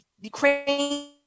Ukraine